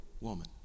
woman